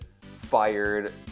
fired